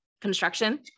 construction